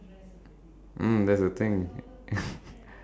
!oof! something's going to be concaved